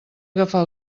agafar